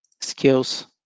skills